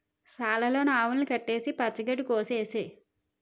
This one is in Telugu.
సాల లోన ఆవుల్ని కట్టేసి పచ్చ గడ్డి కోసె ఏసేయ్